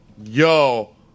Yo